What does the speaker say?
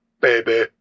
baby